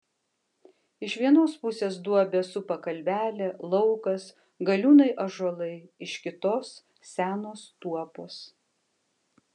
iš vienos pusės duobę supa kalvelė laukas galiūnai ąžuolai iš kitos senos tuopos